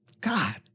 God